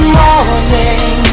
morning